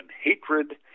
hatred